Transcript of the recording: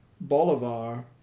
Bolivar